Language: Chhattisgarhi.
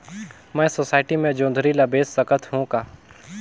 मैं सोसायटी मे जोंदरी ला बेच सकत हो का?